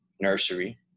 nursery